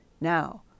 Now